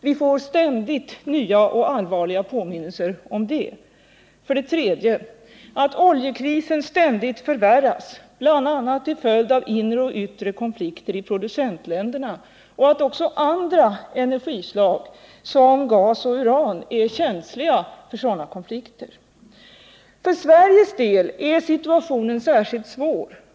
Vi får ständigt nya och allvarliga påminnelser om det. 3. Oljekrisen har ständigt förvärrats, bl.a. till följd av inre och yttre konflikter i producentländerna. Även andra energislag, som gas och uran, är känsliga för sådana konflikter. För Sveriges del är situationen särskilt svår.